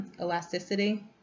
elasticity